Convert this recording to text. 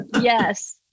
Yes